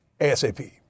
ASAP